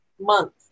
month